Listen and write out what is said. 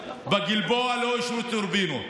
בגלבוע לא אישרו טורבינות,